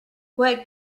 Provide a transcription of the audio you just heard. what